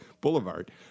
Boulevard